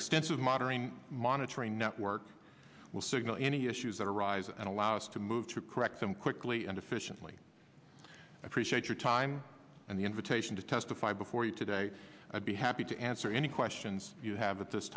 extensive modern monitoring network will signal any issues that arise and allow us to move to correct them quickly and efficiently appreciate your time and the invitation to testify before you today i'd be happy to answer any questions you have at this